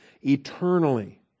eternally